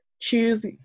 choose